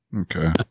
okay